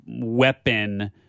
weapon